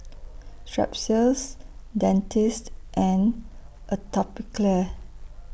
Strepsils Dentiste and Atopiclair